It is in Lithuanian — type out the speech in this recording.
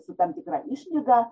su tam tikra išlyga